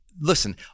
Listen